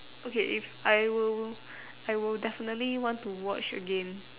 okay if I will I will definitely want to watch again